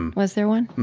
and was there one?